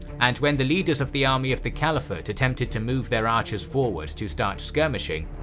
and when the leaders of the army of the caliphate attempted to move their archers forward to start skirmishing,